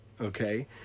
Okay